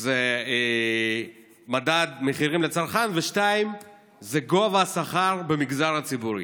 זה מדד המחירים לצרכן והשני זה גובה השכר במגזר הציבורי.